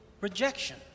rejection